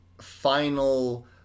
final